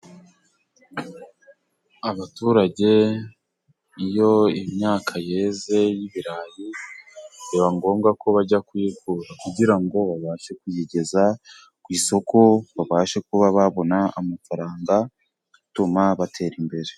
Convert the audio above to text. Abaturage iyo imyaka yeze y'ibirayi, biba ngombwa ko bajya kuyikura kugira ngo babashe kuyigeza ku isoko, babashe kuba babona amafaranga atuma batera imbere.